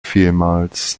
vielmals